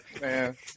man